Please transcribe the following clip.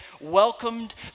welcomed